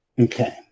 Okay